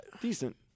decent